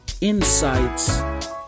insights